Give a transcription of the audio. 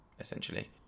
essentially